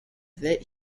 that